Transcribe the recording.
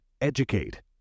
Educate